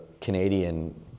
Canadian